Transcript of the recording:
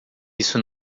isso